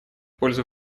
пользу